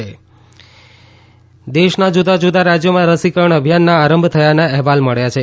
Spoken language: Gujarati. રસીકરણ રાજયો દેશના જુદા જુદા રાજ્યોમાં રસીકરણ અભિયાનના આરંભ થયાના અહેવાલ મળ્યા છે